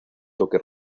toque